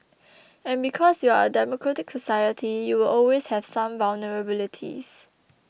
and because you're a democratic society you will always have some vulnerabilities